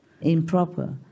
improper